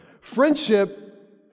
Friendship